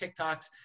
TikToks